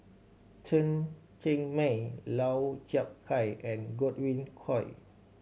Chen Cheng Mei Lau Chiap Khai and Godwin Koay